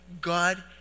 God